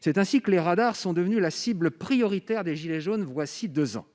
c'est ainsi que les radars sont devenus la cible prioritaire des gilets jaunes, voici 2 ans